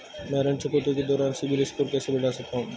मैं ऋण चुकौती के दौरान सिबिल स्कोर कैसे बढ़ा सकता हूं?